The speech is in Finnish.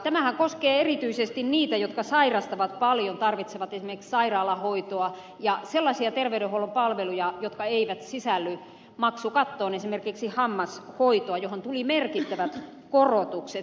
tämähän koskee erityisesti niitä jotka sairastavat paljon tarvitsevat esimerkiksi sairaalahoitoa ja sellaisia terveydenhuollon palveluja jotka eivät sisälly maksukattoon esimerkiksi hammashoitoa johon tuli merkittävät korotukset